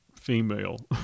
female